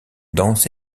danse